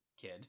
kid